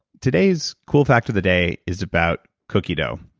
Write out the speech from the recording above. today's cool fact of the day is about cookie dough,